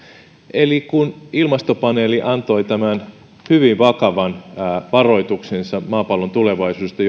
eli kun ilmastopaneeli antoi tämän hyvin vakavan varoituksensa maapallon tulevaisuudesta